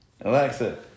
Alexa